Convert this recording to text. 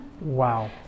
Wow